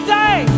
day